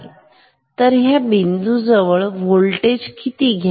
तर ह्या बिंदूजवळ व्होल्टेज किती घ्याव